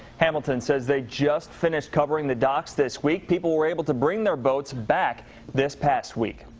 hamilton says they just finished covering the docks this week. people were able to bring their boats back this past week.